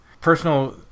personal